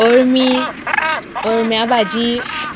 अळमी अळम्या भाजी